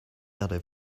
erde